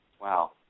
Wow